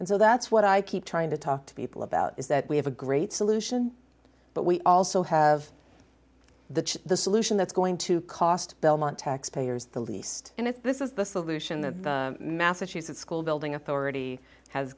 and so that's what i keep trying to talk to people about is that we have a great solution but we also have the the solution that's going to cost belmont taxpayers the least and if this is the solution the massachusetts school building authority has